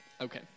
Okay